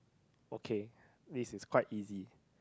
okay this is quite easy